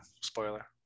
Spoiler